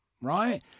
right